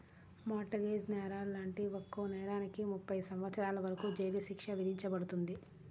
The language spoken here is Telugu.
మార్ట్ గేజ్ నేరాలు లాంటి ఒక్కో నేరానికి ముప్పై సంవత్సరాల వరకు జైలు శిక్ష విధించబడుతుంది